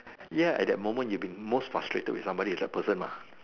ya at that moment been the most frustrated with somebody is that person mah